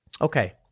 Okay